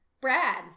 Brad